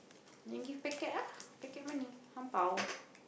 then give packet lah packet money ang-bao